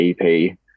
EP